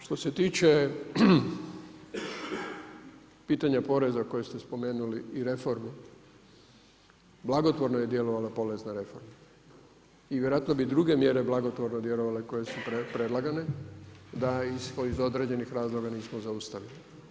Što se tiče pitanja poreza koje ste spomenuli i reformu blagotvorno je djelovala porezna reforma i vjerojatno bi druge mjere blagotvorno djelovale koje su predlagane, da ih iz određenih razloga nismo zaustavili.